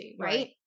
Right